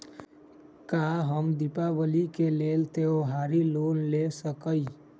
का हम दीपावली के लेल त्योहारी लोन ले सकई?